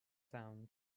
sound